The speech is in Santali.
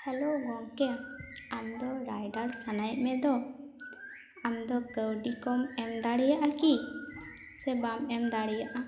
ᱦᱮᱞᱳ ᱜᱚᱝᱠᱮ ᱟᱢ ᱫᱚ ᱨᱟᱭᱰᱟᱨ ᱥᱟᱱᱟᱭᱮᱫ ᱢᱮᱫᱚ ᱟᱢ ᱫᱚ ᱠᱟᱹᱣᱰᱤ ᱠᱚᱢ ᱮᱢ ᱫᱟᱲᱮᱭᱟᱜᱼᱟ ᱠᱤ ᱥᱮ ᱵᱟᱢ ᱮᱢ ᱫᱟᱲᱮᱭᱟᱜᱼᱟ